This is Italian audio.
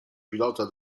pilota